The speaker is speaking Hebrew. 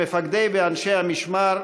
למפקדי ואנשי המשמר,